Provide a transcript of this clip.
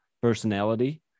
personality